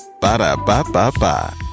Ba-da-ba-ba-ba